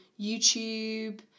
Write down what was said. YouTube